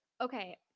Okay